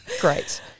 Great